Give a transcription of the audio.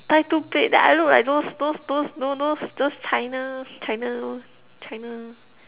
tie two plaits then I look like those those those know those those China China China